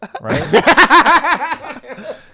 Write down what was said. Right